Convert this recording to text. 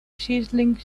sizzling